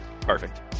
Perfect